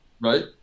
right